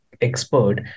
expert